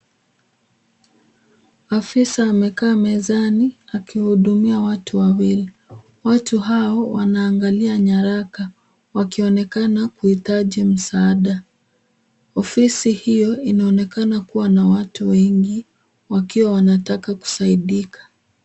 Maafisa wamekaa mezani wakihudumia watu wawili. Watu hao wanaangalia nyaraka wakionekana kuhitaji msaada. Ofisi hiyo inaonekana kuwa na watu wengi wakiwa wanataka kusaidika.